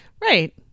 Right